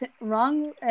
Wrong